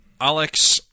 Alex